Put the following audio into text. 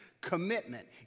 Commitment